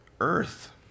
earth